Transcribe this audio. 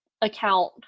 account